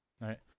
Right